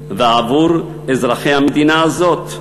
ובעבור אזרחי המדינה הזאת.